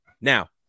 Now